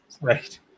Right